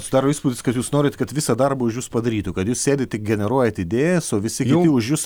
susidaro įspūdis kad jūs norit kad visą darbą už jus padarytų kad jūs sėdit tik generuojat idėjas o visi kiti už jus